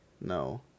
No